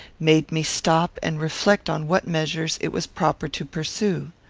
made me stop and reflect on what measures it was proper to pursue.